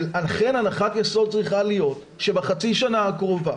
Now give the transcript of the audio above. לכן הנחת היסוד צריכה להיות שבחצי השנה הקרובה